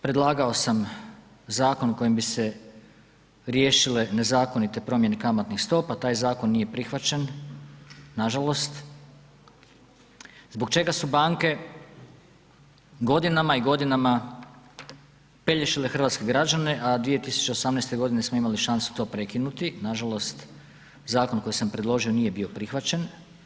Predlagao sam zakon kojim bi se riješile nezakonite promjene kamatnih stopa, taj zakon nije prihvaćen nažalost, zbog čega su banke godinama i godinama pelješile hrvatske građane, a 2018. godine smo imali šansu to prekinuti, nažalost, zakon koji sam predložio nije bio prihvaćen.